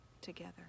together